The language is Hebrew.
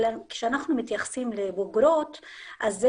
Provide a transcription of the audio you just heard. אבל כשאנחנו מתייחסים לבוגרות אז זה